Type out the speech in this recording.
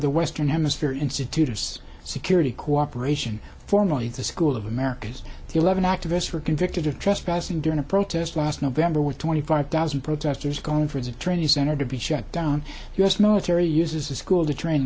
the western hemisphere institute of security cooperation formally the school of america's eleven activists were convicted of trespassing during a protest last november with twenty five thousand protesters going for the training center to be shut down u s military uses a school to train